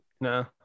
No